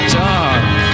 dark